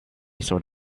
sort